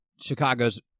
Chicago's